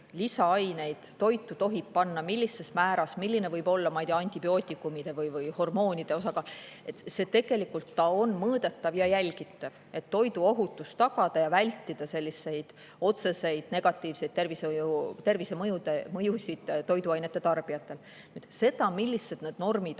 toitu tohib panna, millises määras, milline võib olla, ma ei tea, antibiootikumide või hormoonide osakaal, tegelikult on mõõdetav ja jälgitav, et tagada toiduohutus ja vältida otseseid negatiivseid tervisemõjusid toiduainete tarbijatele. Seda, millised need normid